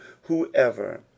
whoever